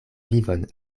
vivon